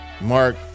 Mark